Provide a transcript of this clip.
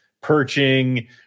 perching